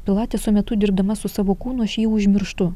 pilateso metu dirbdama su savo kūnu aš jį užmirštu